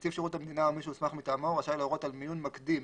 "נציב שירות המדינה או מי שהוסמך מטעמו רשאי להורות על מיון מקדים